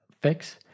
fix